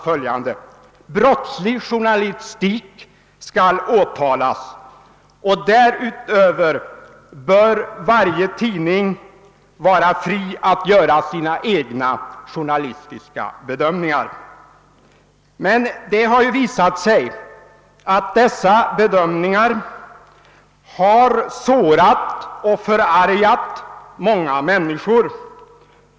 följande: »Brottslig journalistik ska åtalas — och därutöver bör varje tidning vara fri att göra sina egna journalistiska bedömningar.« Men det har ju visat sig att dessa bedömningar i vissa fall har sårat och förargat många människor.